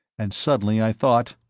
and suddenly i thought,